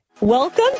Welcome